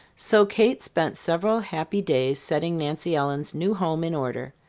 so kate spent several happy days setting nancy ellen's new home in order.